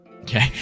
Okay